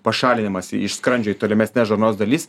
pašalinimas iš skrandžio į tolimesnes žarnos dalis